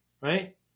right